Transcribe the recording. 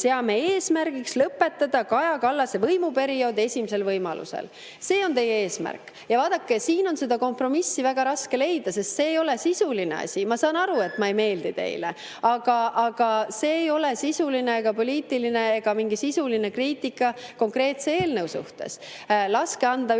seame eesmärgiks lõpetada Kaja Kallase võimuperiood esimesel võimalusel. See on teie eesmärk! Vaadake, siin on seda kompromissi väga raske leida, sest see ei ole sisuline asi. Ma saan aru, et ma ei meeldi teile, aga see ei ole sisuline, poliitiline ega mingi sisuline kriitika konkreetse eelnõu suhtes. Laske üle